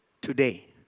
Today